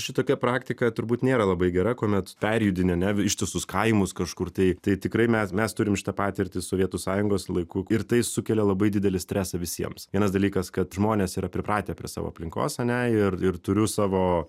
šitokia praktika turbūt nėra labai gera kuomet perjudini ane ištisus kaimus kažkur tai tai tikrai mes mes turim šitą patirtį sovietų sąjungos laikų ir tai sukelia labai didelį stresą visiems vienas dalykas kad žmonės yra pripratę prie savo aplinkos ane ir ir turiu savo